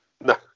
No